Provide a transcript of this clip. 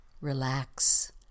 relax